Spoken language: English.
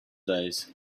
days